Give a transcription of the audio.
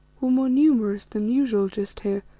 were more numerous than usual just here,